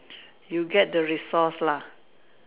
you get the resource lah